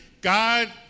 God